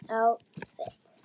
outfit